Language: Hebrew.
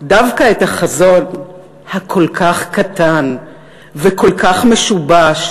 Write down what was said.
דווקא את החזון הכל כך קטן וכל כך משובש